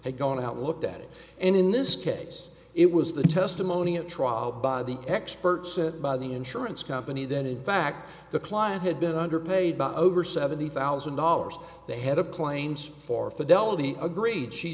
had gone out looked at it and in this case it was the testimony at trial by the experts said by the insurance company that in fact the client had been underpaid by over seventy thousand dollars the head of claims for fidelity agreed she